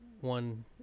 one